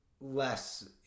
less